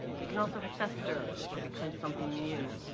they can also fester or become something new.